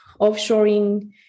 offshoring